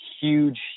huge